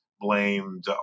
blamed